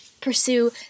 pursue